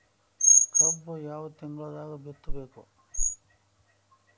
ಕಬ್ಬು ಯಾವ ತಿಂಗಳದಾಗ ಬಿತ್ತಬೇಕು?